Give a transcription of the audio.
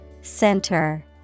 Center